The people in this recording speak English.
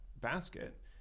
basket